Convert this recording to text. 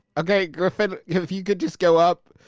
okay, griffin, if you could just go up.